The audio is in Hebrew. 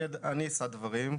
אני אשא דברים.